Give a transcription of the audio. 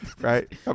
right